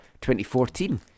2014